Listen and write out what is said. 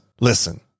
Listen